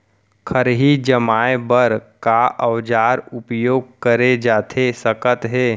खरही जमाए बर का औजार उपयोग करे जाथे सकत हे?